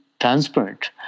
transparent